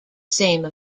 same